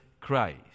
Christ